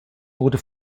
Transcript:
wurde